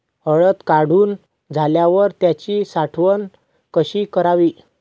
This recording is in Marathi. हळद काढून झाल्यावर त्याची साठवण कशी करावी?